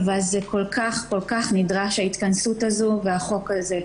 אבל זה כל כך כל כך נדרש, ההתכנסות הזו והחוק הזה.